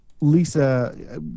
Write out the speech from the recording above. Lisa